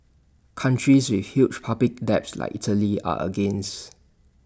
countries with huge public debts like Italy are against